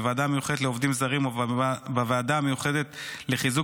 בוועדה המיוחדת לעובדים זרים ובוועדה המיוחדת לחיזוק